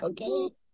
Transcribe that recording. okay